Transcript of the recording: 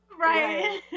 Right